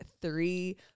three